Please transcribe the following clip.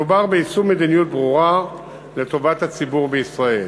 מדובר ביישום מדיניות ברורה לטובת הציבור בישראל.